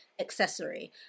accessory